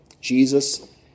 Jesus